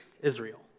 Israel